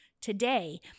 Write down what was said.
Today